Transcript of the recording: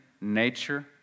nature